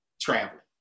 traveling